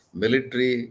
military